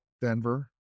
Denver